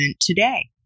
today